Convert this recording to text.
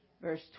Verse